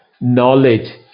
knowledge